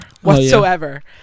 whatsoever